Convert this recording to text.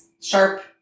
sharp